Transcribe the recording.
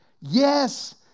Yes